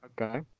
Okay